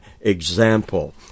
example